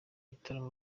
gitaramo